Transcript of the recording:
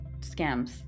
scams